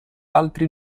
altri